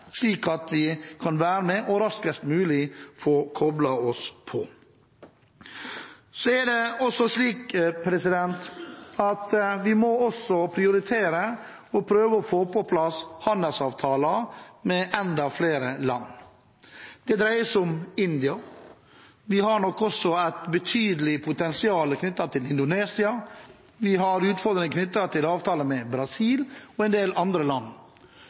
slik at vi kan være med og raskest mulig få koblet oss på. Så er det også slik at vi må prioritere å prøve å få på plass handelsavtaler med enda flere land. Det dreier seg om India, vi har nok også et betydelig potensial knyttet til Indonesia, vi har utfordringer knyttet til avtaler med Brasil og en del andre land.